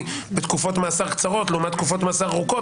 תקופות מאסר קצרות לעומת תקופות מאסר ארוכות,